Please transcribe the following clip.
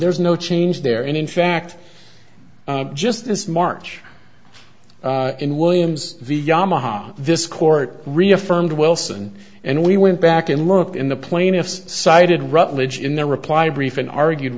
there's no change there and in fact just this march in williams v yamaha this court reaffirmed wilson and we went back and looked in the plaintiffs cited ruttledge in their reply brief in argued